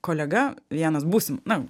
kolega vienas būsim na